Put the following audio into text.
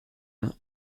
main